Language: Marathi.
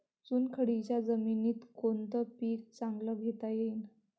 चुनखडीच्या जमीनीत कोनतं पीक चांगलं घेता येईन?